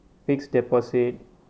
fixed deposit